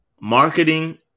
marketing